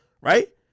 right